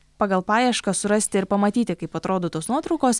pagal paiešką surasti ir pamatyti kaip atrodo tos nuotraukos